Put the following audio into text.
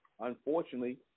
unfortunately